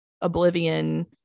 oblivion